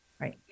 Right